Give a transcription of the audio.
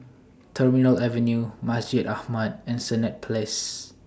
Terminal Avenue Masjid Ahmad and Senett Place